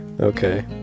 Okay